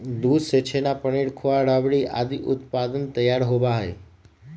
दूध से छेना, पनीर, खोआ, रबड़ी आदि उत्पाद तैयार होबा हई